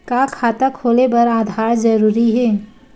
का खाता खोले बर आधार जरूरी हे?